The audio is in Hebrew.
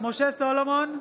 משה סולומון,